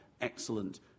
excellent